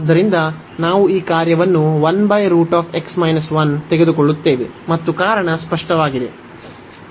ಆದ್ದರಿಂದ ನಾವು ಈ ಕಾರ್ಯವನ್ನು ತೆಗೆದುಕೊಳ್ಳುತ್ತೇವೆ ಮತ್ತು ಕಾರಣ ಸ್ಪಷ್ಟವಾಗಿದೆ